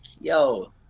yo